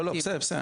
לא, לא, בסדר.